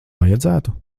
vajadzētu